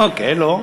אוקיי, לא.